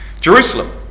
Jerusalem